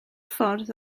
ffordd